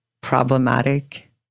problematic